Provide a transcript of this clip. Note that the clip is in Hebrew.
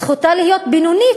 זכותה להיות בינונית.